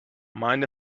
mind